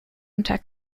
unter